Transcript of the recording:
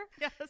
Yes